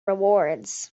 rewards